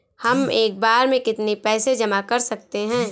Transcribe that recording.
हम एक बार में कितनी पैसे जमा कर सकते हैं?